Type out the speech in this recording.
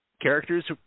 characters